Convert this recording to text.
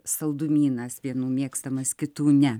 saldumynas vienų mėgstamas kitų ne